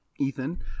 Ethan